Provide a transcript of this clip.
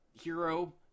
hero